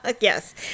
Yes